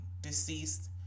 deceased